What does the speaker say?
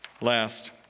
Last